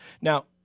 Now